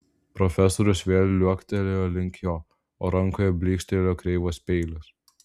profesorius vėl liuoktelėjo link jo o rankoje blykstelėjo kreivas peilis